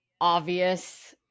obvious